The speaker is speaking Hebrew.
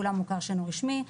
כולם מוכר שאינם רשמי,